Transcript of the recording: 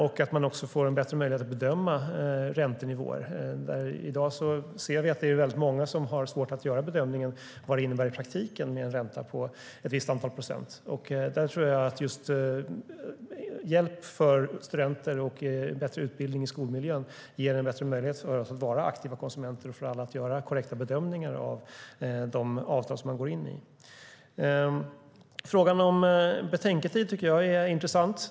Man bör också få en större möjlighet att bedöma räntenivåer. I dag är det många som har svårt att göra en bedömning av vad en ränta på ett visst antal procent kan innebära i praktiken. Hjälp till studenter och bättre utbildning i skolmiljön ger en större möjlighet att vara en aktiv konsument som kan göra korrekta bedömningar av de avtal som man ingår. Jag tycker att frågan om betänketid är intressant.